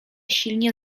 silnie